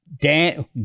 Dan